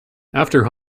after